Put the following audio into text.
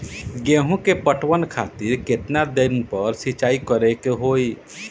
गेहूं में पटवन खातिर केतना दिन पर सिंचाई करें के होई?